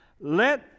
let